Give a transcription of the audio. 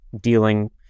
dealing